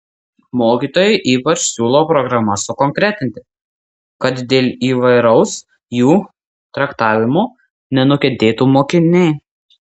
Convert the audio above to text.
mokytojai ypač siūlo programas sukonkretinti kad dėl įvairaus jų traktavimo nenukentėtų mokiniai